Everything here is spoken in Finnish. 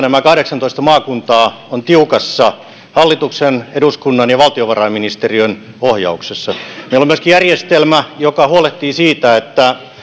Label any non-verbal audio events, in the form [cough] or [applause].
[unintelligible] nämä kahdeksantoista maakuntaa ovat tiukassa hallituksen eduskunnan ja valtiovarainministeriön ohjauksessa meillä on myöskin järjestelmä joka huolehtii siitä että